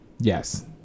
yes